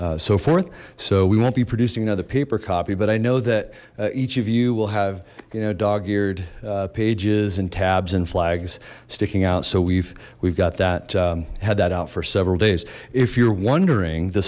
so forth so we won't be producing another paper copy but i know that each of you will have you know dog eared pages and tabs and flags sticking out so we've we've got that had that out for several days if you're wondering the